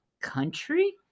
Country